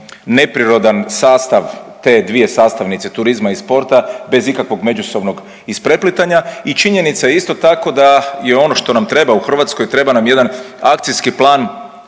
neprirodan sastav te dvije sastanice turizma i sporta bez ikakvog međusobnog ispreplitanja. I činjenica je isto tako da je ono što nam treba u Hrvatskoj, treba nam jedan akcijski plan